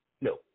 No